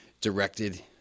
directed